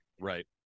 Right